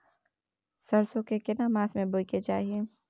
सरसो के केना मास में बोय के चाही?